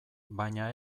baina